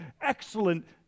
excellent